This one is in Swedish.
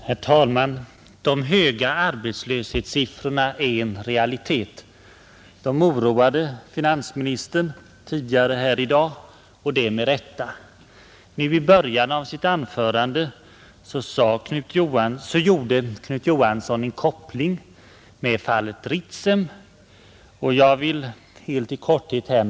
Herr talman! De höga arbetslöshetssiffrorna är en realitet. De oroade finansministern tidigare i dag — och det med rätta. I början av sitt anförande gjorde herr Knut Johansson en koppling mellan sysselsättningsläget och det omdiskuterade fallet Ritsem, som vi skall diskutera mer ingående om några dagar.